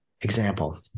example